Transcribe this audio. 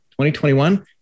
2021